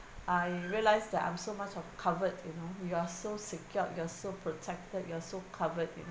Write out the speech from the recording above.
I realise that I'm so much of covered you know you are so secured you are so protected you are so covered you